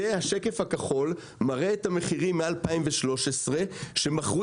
הצבע הכחול מראה את המחירים מ-2013 שמכרו